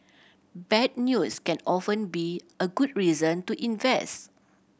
bad news can often be a good reason to invest